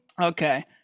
okay